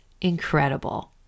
incredible